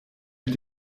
mit